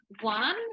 one